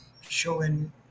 showing